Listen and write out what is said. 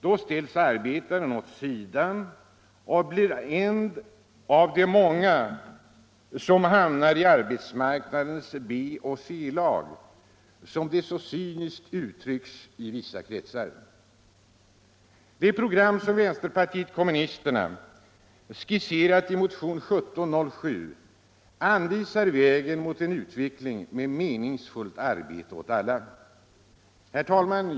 Då ställs arbetaren åt sidan och blir en av de många som hamnar i arbetsmarknadens B och C-lag, som det så cyniskt uttrycks i vissa kretsar. Det program som vänsterpartiet kommunisterna skisserat i motionen 1707 anvisar vägen mot en utveckling med meningsfullt arbete åt alla. "Herr talman!